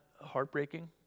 heartbreaking